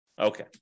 Okay